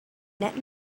net